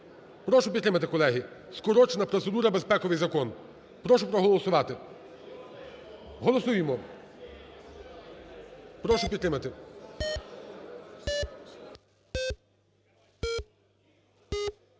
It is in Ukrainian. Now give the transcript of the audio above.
Прошу підтримати, колеги, скорочена процедура, безпековий закон. Прошу проголосувати. Голосуємо, прошу підтримати.